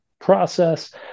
process